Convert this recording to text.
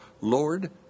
Lord